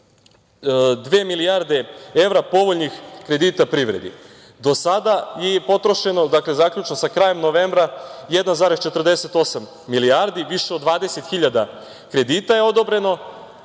milijarde evra povoljnih kredita privredi. Do sada je potrošeno, zaključno sa krajem novembra, 1,48 milijardi. Više od 20 hiljada kredita je odobreno.